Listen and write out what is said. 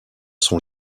sont